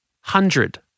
hundred